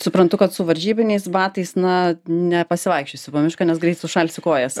suprantu kad su varžybiniais batais na nepasivaikščiosiu po mišką nes greit sušalsiu kojas